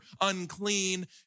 unclean